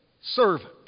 servant